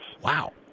Wow